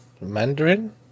Mandarin